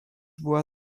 była